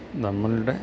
നമ്മളുടെ